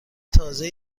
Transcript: تازه